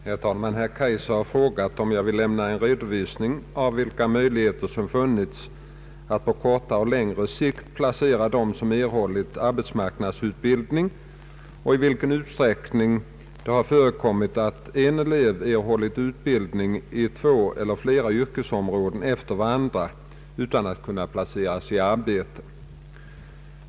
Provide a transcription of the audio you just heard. Herr talman! Herr Kaijser har frågat mig om jag vill lämna en redovisning av vilka möjligheter som funnits att på kortare och längre sikt placera dem som erhållit arbetsmarknadsutbildning och i vilken utsträckning det har förekommit att en elev erhåller utbildning i två eller flera yrkesområden efter varandra utan att kunna placeras i arbete.